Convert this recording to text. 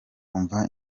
umva